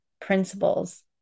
principles